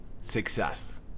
success